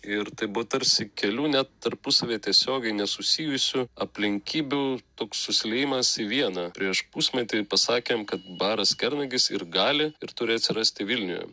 ir tai buvo tarsi kelių net tarpusavyje tiesiogiai nesusijusių aplinkybių toks susiliejimas į vieną prieš pusmetį pasakėm kad baras kernagis ir gali ir turi atsirasti vilniuje